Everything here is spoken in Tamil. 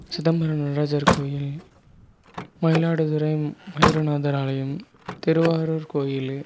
சிதம்பரம் நடராஜர் கோயில் மயிலாடுதுறை மயூரநாதர் ஆலயம் திருவாரூர் கோயிலு